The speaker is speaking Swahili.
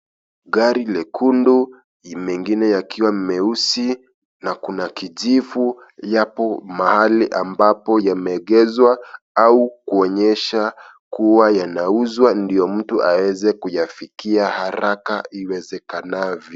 Gari lekundu na mengine yakiwa meusi na kuna kijivu yapo mahali ambapo yameegezwa au kuonyesha kuwa yanauzwa ndio mtu aweze kuyafikia haraka iwekekanavyo.